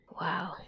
Wow